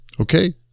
Okay